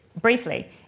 Briefly